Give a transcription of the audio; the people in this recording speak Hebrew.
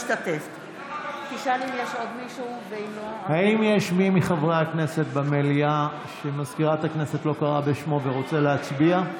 האם יש מי מחברי הכנסת במליאה שמזכירת הכנסת לא קראה בשמו ורוצה להצביע?